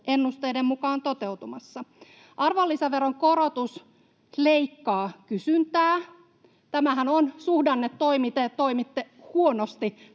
ennusteiden mukaan toteutumassa. Arvonlisäveron korotus leikkaa kysyntää. Tämähän on suhdannetoimi. Te toimitte huonosti